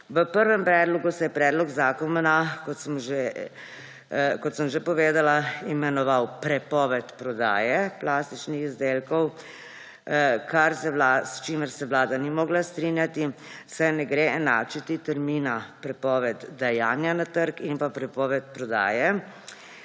V prvem predlogu se je predlog zakona, kot sem že povedala, imenoval prepoved prodaje plastičnih izdelkov, s čimer se Vlada ni mogla strinjati, saj ne gre enačiti termina prepoved dajanja na trg in pa prepoved prodaje